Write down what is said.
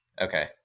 Okay